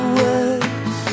words